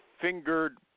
Fingered